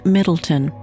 Middleton